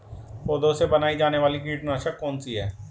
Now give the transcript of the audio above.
पौधों से बनाई जाने वाली कीटनाशक कौन सी है?